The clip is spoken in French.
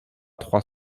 trois